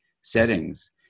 settings